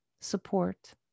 support